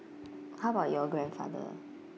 how about your grandfather